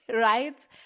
Right